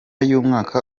y’umwaka